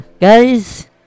Guys